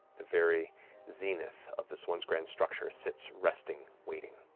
the very zenith of this once-grand structure sits resting, waiting.